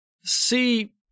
See